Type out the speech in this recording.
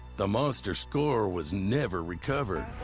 the monster score was never recovered,